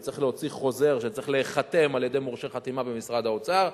וצריך להוציא חוזר שצריך להיחתם על-ידי מורשה חתימה במשרד האוצר.